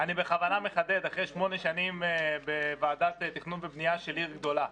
אני בכוונה מחדד אחרי שמונה שנים בוועדת תכנון ובנייה של עיר גדולה.